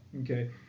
Okay